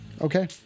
Okay